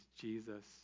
Jesus